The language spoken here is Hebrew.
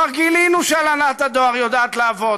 כבר גילינו שהנהלת הדואר יודעת לעבוד.